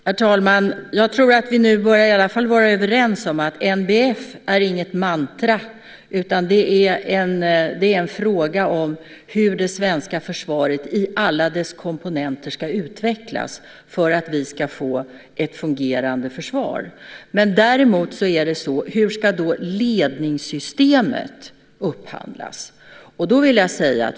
Herr talman! Jag tror att vi nu börjar bli överens om att NBF inte är något mantra, utan det är en fråga om hur det svenska försvaret i alla dess komponenter ska utvecklas för att vi ska få ett fungerande försvar. Däremot: Hur ska ledningssystemet upphandlas?